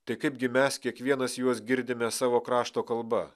tai kaipgi mes kiekvienas juos girdime savo krašto kalba